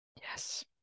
Yes